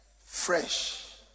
fresh